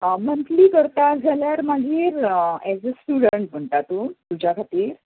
आं मंथली करता जाल्यार मागीर एज अ स्टुडंट म्हणटा तूं तुज्या खातीर